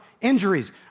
Injuries